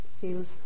feels